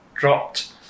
dropped